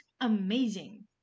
amazing